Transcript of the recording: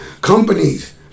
companies